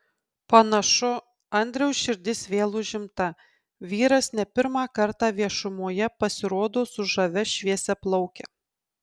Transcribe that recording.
panašu andriaus širdis vėl užimta vyras ne pirmą kartą viešumoje pasirodo su žavia šviesiaplauke